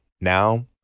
Now